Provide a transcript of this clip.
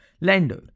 lender